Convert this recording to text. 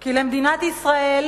כי למדינת ישראל